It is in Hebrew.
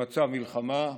למצב מלחמה,